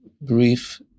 brief